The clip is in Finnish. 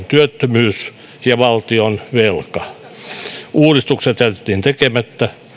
työttömyys ja valtion velka uudistukset jätettiin tekemättä